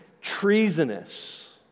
treasonous